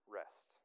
rest